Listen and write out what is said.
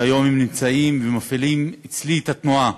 והיום הם נמצאים ומפעילים אצלי את התנועה